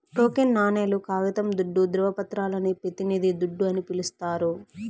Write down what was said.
token నాణేలు, కాగితం దుడ్డు, దృవపత్రాలని పెతినిది దుడ్డు అని పిలిస్తారు